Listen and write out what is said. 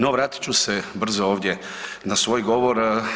No vratit ću se brz ovdje na svoj govor.